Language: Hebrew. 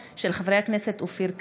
בהצעתם של חברי הכנסת אופיר כץ,